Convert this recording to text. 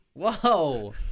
whoa